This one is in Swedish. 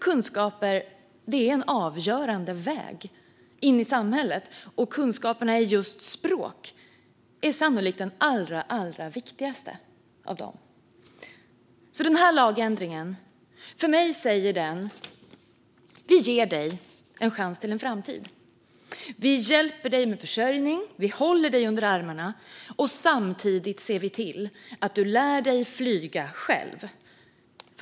Kunskaper är en avgörande väg in i samhället, och kunskaperna i just språk är sannolikt allra viktigast. Lagändringen säger för mig att vi ger dig en chans till en framtid. Vi hjälper dig med försörjning och håller dig under armarna, och samtidigt ser vi till att du lär dig flyga själv.